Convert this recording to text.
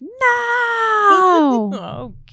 No